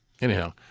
Anyhow